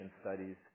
studies